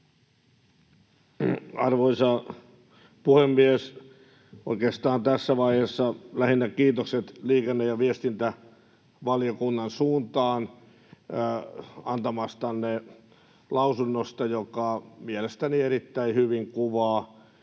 Arvoisa puhemies! Oikeastaan tässä vaiheessa lähinnä kiitokset liikenne‑ ja viestintävaliokunnan suuntaan antamastanne lausunnosta, joka mielestäni erittäin hyvin kuvaa